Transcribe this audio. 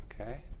Okay